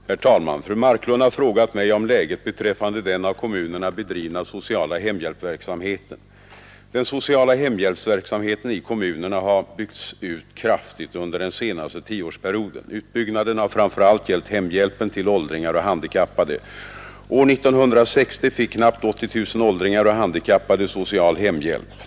Herr talman! Fru Marklund har frågat mig om läget beträffande den av kommunerna bedrivna sociala hemhjälpsverksamheten. Den sociala hemhjälpsverksamheten i kommunerna har byggts ut kraftigt under den senaste tioårsperioden. Utbyggnaden har framför allt gällt hemhjälpen till åldringar och handikappade. År 1960 fick knappt 80 000 åldringar och handikappade social hemhjälp.